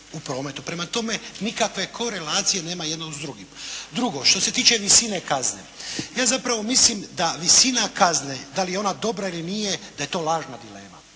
Prema tome, nikakve korelacije nema jedno s drugim. Drugo. Što se tiče visine kazne, ja zapravo mislim da visina kazne, da li je ona dobra ili nije, da je to lažna dilema.